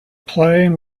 playing